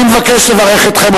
אני מבקש לברך אתכם,